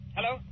Hello